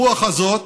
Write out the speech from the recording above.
ברוח הזאת